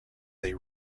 they